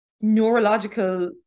neurological